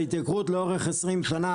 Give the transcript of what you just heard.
ההתייקרות לאורך 20 שנה,